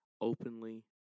openly